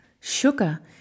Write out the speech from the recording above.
sugar